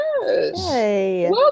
Yes